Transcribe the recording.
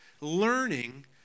learning